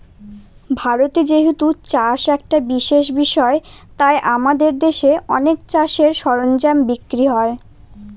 ভারতে যেহেতু চাষ একটা বিশেষ বিষয় তাই আমাদের দেশে অনেক চাষের সরঞ্জাম বিক্রি হয়